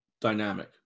dynamic